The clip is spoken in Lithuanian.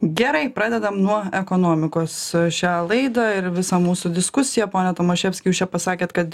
gerai pradedam nuo ekonomikos šią laidą ir visą mūsų diskusiją pone tomaševski jūs čia pasakėt kad